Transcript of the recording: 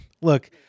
Look